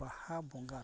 ᱵᱟᱦᱟ ᱵᱚᱸᱜᱟᱨᱮ